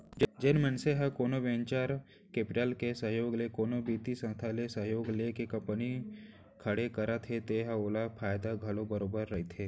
जेन मनसे ह कोनो वेंचर कैपिटल के सहयोग ले कोनो बित्तीय संस्था ले सहयोग लेके कंपनी खड़े करत हे त ओला फायदा घलोक बरोबर रहिथे